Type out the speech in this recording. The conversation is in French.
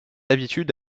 habitude